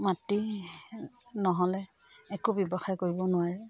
মাটি নহ'লে একো ব্যৱসায় কৰিব নোৱাৰে